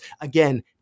again